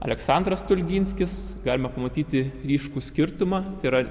aleksandras stulginskis galima pamatyti ryškų skirtumą tai yra